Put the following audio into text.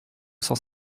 cent